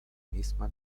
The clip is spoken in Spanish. misma